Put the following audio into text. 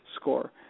score